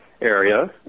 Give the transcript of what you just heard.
area